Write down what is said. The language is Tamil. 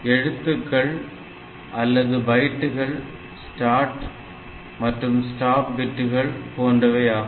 எழுத்துக்கள் அல்லது பைட்டுகள் ஸ்டார்ட் மற்றும் ஸ்டாப் பிட்டுகள் போன்றவை ஆகும்